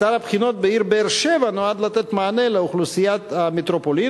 אתר הבחינות בעיר באר-שבע נועד לתת מענה לאוכלוסיית המטרופולין,